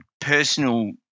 personal